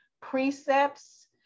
precepts